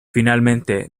finalmente